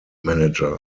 manager